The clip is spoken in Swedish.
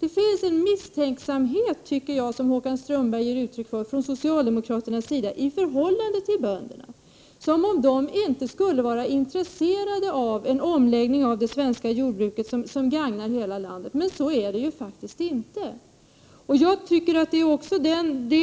Det finns en misstänksamhet, som Håkan Strömberg ger uttryck åt, hos socialdemokraterna i förhållande till bönderna, som om de inte skulle vara intresserade av en omläggning av det svenska jordbruket som gagnar hela landet. Så är det faktiskt inte. Det